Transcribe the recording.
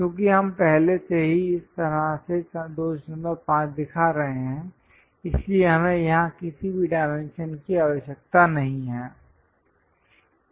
क्योंकि हम पहले से ही इस तरह से 25 दिखा रहे हैं इसलिए हमें यहाँ किसी भी डायमेंशन की आवश्यकता नहीं है